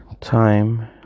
time